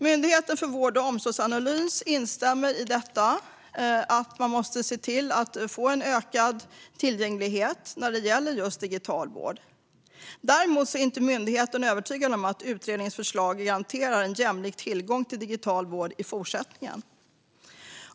Myndigheten för vård och omsorgsanalys instämmer i att man måste se till att öka tillgängligheten när det gäller just digital vård. Däremot är myndigheten inte övertygad om att utredningens förslag garanterar en jämlik tillgång till digital vård i fortsättningen.